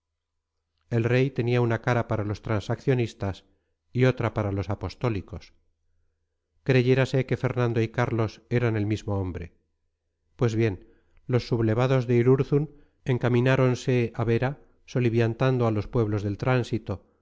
el rey tenía una cara para los transaccionistas y otra para los apostólicos creyérase que fernando y carlos eran el mismo hombre pues bien los sublevados de irurzun encamináronse a vera soliviantando a los pueblos del tránsito